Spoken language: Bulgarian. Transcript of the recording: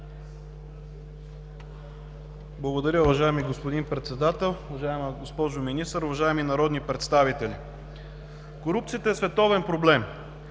Благодаря, уважаеми господин Председател! Уважаема госпожо Министър, уважаеми народни представители! Корупцията е световен проблем.